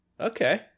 Okay